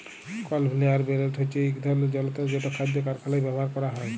conveyor belt হছে ইক ধরলের জলতর যেট খাদ্য কারখালায় ব্যাভার ক্যরা হয়